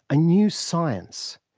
a new science.